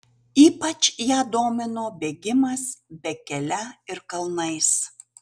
ypač ją domino bėgimas bekele ir kalnais